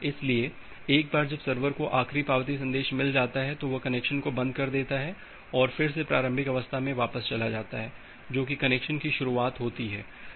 इसलिए एक बार जब सर्वर को आखिरी पावती संदेश मिल जाता है तो वह कनेक्शन को बंद कर देता है और फिर से प्रारंभिक अवस्था में वापस चला जाता है जो कि कनेक्शन की शुरुआत होती है